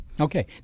Okay